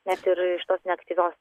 net ir iš tos neaktyvios